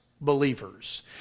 believers